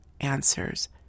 answers